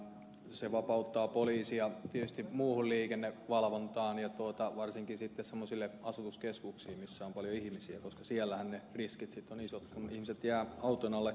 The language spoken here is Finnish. se vapauttaa poliisia tietysti muuhun liikennevalvontaan ja varsinkin semmoisiin asutuskeskuksiin missä on paljon ihmisiä koska siellähän ne riskit ovat isot kun ihmiset jäävät auton alle